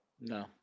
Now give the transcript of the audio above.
No